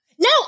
No